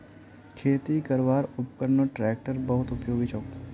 खेती करवार उपकरनत ट्रेक्टर बहुत उपयोगी छोक